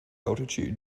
altitude